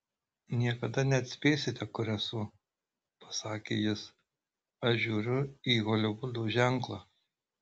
niekada neatspėsite kur esu pasakė jis aš žiūriu į holivudo ženklą